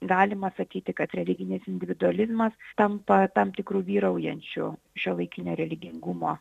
galima sakyti kad religinis individualizmas tampa tam tikru vyraujančiu šiuolaikinio religingumo